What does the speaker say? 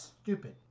Stupid